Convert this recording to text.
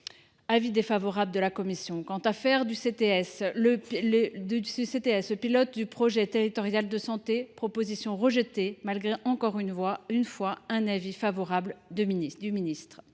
défavorable de la commission ! Quant à faire du CTS le pilote du projet territorial de santé, cette proposition a été rejetée, malgré, encore une fois, un avis favorable du ministre.